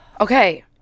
Okay